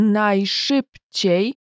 najszybciej